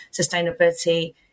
sustainability